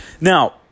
Now